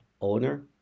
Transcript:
owner